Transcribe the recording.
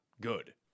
good